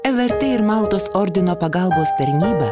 lrt ir maltos ordino pagalbos tarnyba